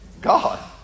God